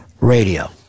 radio